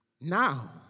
Now